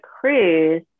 cruise